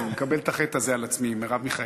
אני מקבל את החטא הזה על עצמי, מרב מיכאלי.